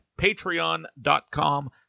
patreon.com